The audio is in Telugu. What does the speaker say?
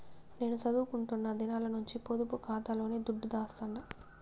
నేను సదువుకుంటున్న దినాల నుంచి పొదుపు కాతాలోనే దుడ్డు దాస్తండా